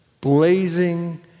blazing